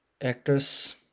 actors